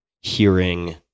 hearing